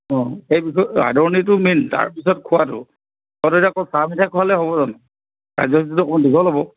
অঁ সেই বিষয়ে আদৰণিটো মেইন তাৰপিছত খোৱাটো খোৱাটো এতিয়া অকল চাহ মিঠাই খুৱালে হ'ব জানো কাৰ্যসূচীটো অকন দীঘল হ'ব